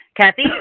Kathy